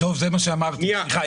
שנייה,